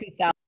2000